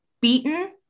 beaten